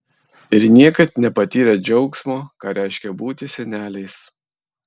ir niekad nepatyrę džiaugsmo ką reiškia būti seneliais